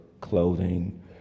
clothing